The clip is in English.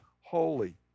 holy